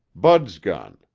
bud's gun,